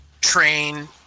train